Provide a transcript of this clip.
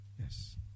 Yes